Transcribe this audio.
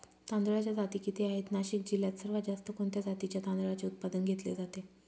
तांदळाच्या जाती किती आहेत, नाशिक जिल्ह्यात सर्वात जास्त कोणत्या जातीच्या तांदळाचे उत्पादन घेतले जाते?